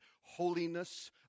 holiness